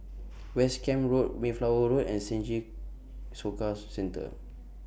West Camp Road Mayflower Road and Senja Soka Centre